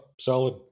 Solid